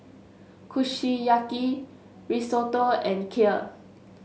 Kushiyaki Risotto and Kheer